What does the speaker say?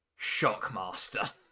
Shockmaster